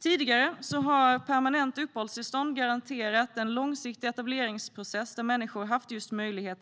Tidigare har permanent uppehållstillstånd garanterat en långsiktig etableringsprocess, där människor haft möjlighet